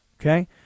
Okay